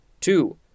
Two